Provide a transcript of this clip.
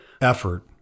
effort